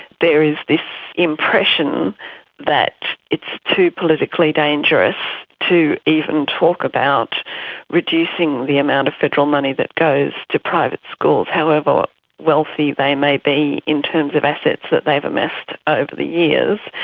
there is this impression that it's too politically dangerous to even talk about reducing the amount of federal money that goes to private schools, however wealthy they may be in terms of assets that they've amassed over the years,